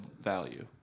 Value